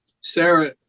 Sarah